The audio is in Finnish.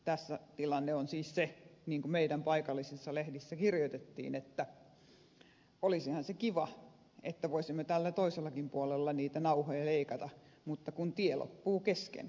tässä tilanne on siis se niin kuin meidän paikallisissa lehdissä kirjoitettiin että olisihan se kiva että voisimme täällä toisellakin puolella niitä nauhoja leikata mutta kun tie loppuu kesken